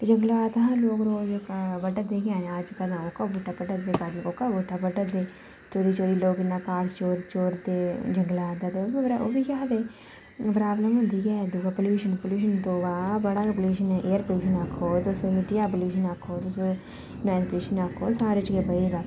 ते जंगलात हा लोक रोज़ बड्ढा दे गै न कुछ कदें ओह्का बूह्टा बड्ढा दे कदें ओह्का बूह्टा बड्ढा दे चोरी चोरी लोक इन्ना काठ चोरदे जंगलात दा ते ओह्बी इ'यै आखदे प्रॉब्लम ते होंदी गै प्लूशन प्लूशन तौबा बड़ा गै प्लूशन ऐ एयर प्लूशन आक्खो तुस मिट्टिया प्लूशन आक्खो नाईस प्लूशन आक्खो सारें च होई दा